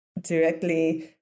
directly